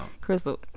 crystal